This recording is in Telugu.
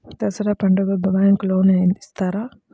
దసరా పండుగ బ్యాంకు లోన్ ఇస్తారా?